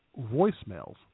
voicemails